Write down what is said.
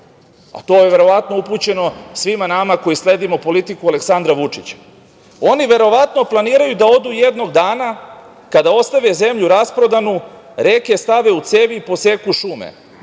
a to je verovatno upućeno svima nama koji sledimo politiku Aleksandra Vučića: „Oni verovatno planiraju da odu jednog dana kada ostave zemlju rasprodanu, reke stave u cevi i poseku šume,